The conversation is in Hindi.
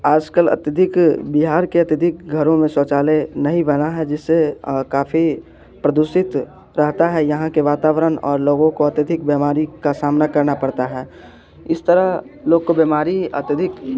आजकल अत्यधिक बिहार के अत्यधिक घरों में शौचालय नहीं बना है जिससे काफ़ी प्रदूषित प्रहता है यहाँ के वातावरण और लोगों को अत्यधिक बीमारी का सामना करना पड़ता है इस तरह लोग को बीमारी अत्याधिक